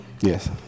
Yes